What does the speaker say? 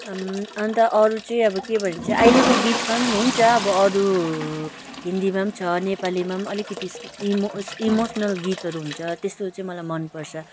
अन्त अरू चाहिँ अब के भन्छ अहिलेको गीतमा हुन्छ अब अरू हिन्दीमा छ नेपालीमा अलिकति इमो इमोसनल गीतहरू हुन्छ त्यस्तोहरू चाहिँ मलाई मन पर्छ